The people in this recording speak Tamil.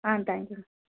ah thank you